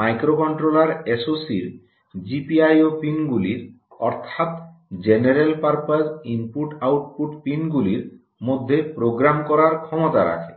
microcontroller এসওসির GPIO পিনগুলির অর্থাৎ জেনারেল পারপাস ইনপুট আউটপুট পিনগুলির মধ্যে প্রোগ্রাম করার ক্ষমতা রাখে